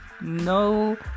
No